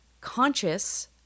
conscious